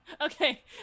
Okay